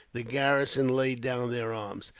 the garrison laid down their arms.